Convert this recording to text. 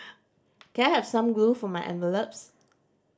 can I have some glue for my envelopes